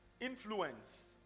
influence